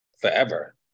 forever